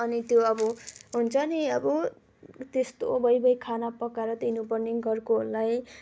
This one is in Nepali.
अनि त्यो अब हुन्छ नि अब त्यस्तो भइ भइ खाना पकाएर दिनुपर्ने घरकोहरूलाई